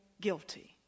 guilty